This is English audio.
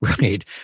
Right